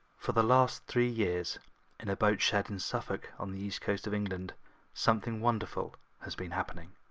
for the last three years in a boat shed in suffolk on the east coast of england something wonderful has been happening.